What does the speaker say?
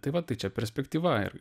tai va tai čia perspektyva ir